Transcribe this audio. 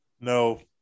No